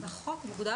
נוכל, בחוק מוגדר.